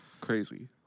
crazy